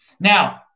now